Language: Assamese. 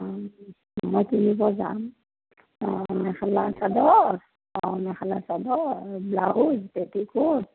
মই কিনিব যাম অ' মেখেলা চাদৰ অ' মেখেলা চাদৰ ব্লাউজ পেটিকোট